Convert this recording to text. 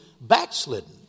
backslidden